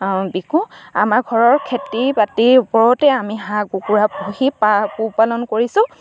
বিকো আমাৰ ঘৰৰ খেতি বাতিৰ ওপৰতে আমি হাঁহ কুকুৰা পুহি পোহপালন কৰিছোঁ